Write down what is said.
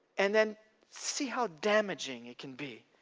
and then see how damaging it can be.